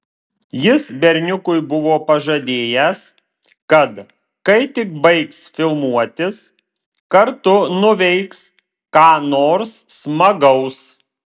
jis berniukui buvo pažadėjęs kad kai tik baigs filmuotis kartu nuveiks ką nors smagaus